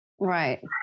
Right